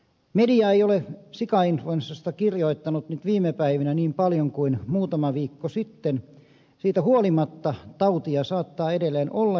media ei ole sikainfluenssasta kirjoittanut nyt viime päivinä niin paljon kuin muutama viikko sitten mutta siitä huolimatta tautia saattaa edelleen olla